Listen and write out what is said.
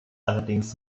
allerdings